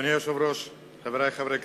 אדוני היושב-ראש, חברי חברי הכנסת,